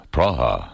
Praha